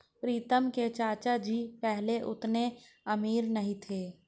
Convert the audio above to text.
प्रीतम के चाचा जी पहले उतने अमीर नहीं थे